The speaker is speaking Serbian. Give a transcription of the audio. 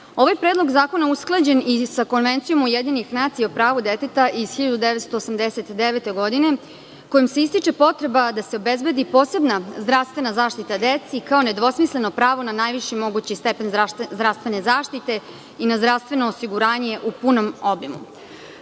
Ovaj predlog zakona usklađen i sa konvencijom Ujedinjenih nacija o pravu deteta iz 1989. godine kojim se ističe potreba da se obezbedi posebna zdravstvena zaštita deci kao nedvosmisleno pravo na najviši mogući stepen zdravstvene zaštite i na zdravstveno osiguranje u punom obimu.